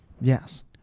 Yes